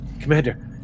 commander